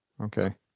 Okay